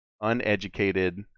uneducated